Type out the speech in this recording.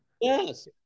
Yes